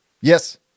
Yes